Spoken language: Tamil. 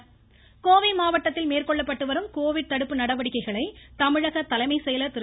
கோவிட் தொடர்ச்சி கோவை மாவட்டத்தில் மேற்கொள்ளப்பட்டு வரும் கோவிட் தடுப்பு நடவடிக்கைகளை தமிழக தலைமை செயலர் திரு